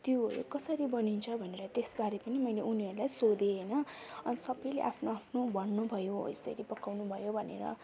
त्यो कसरी बनिन्छ भनेर त्यसबारे पनि मैले उनीहरूलाई सोधेँ होइन अन्त सबैले आफ्नो आफ्नो भन्नु भयो यसरी पकाउनु भयो भनेर